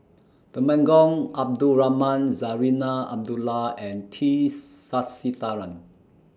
Temenggong Abdul Rahman Zarinah Abdullah and T Sasitharan